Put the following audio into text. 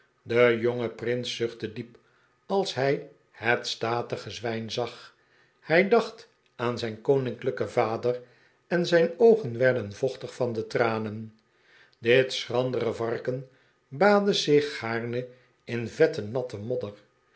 de jonge prins zuchtte diep als hij het statige zwijn zag hij dacht aan zijn koninklijken vader en zijn oogen werden vochtig van de tranen dit schrandere varken baadde zich gaarne in vette natte modder